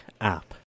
app